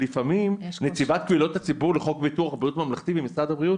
ןלפעמים נציבת קבילות הציבור לחוק ביטוח בריאות ממלכתי במשרד הבריאות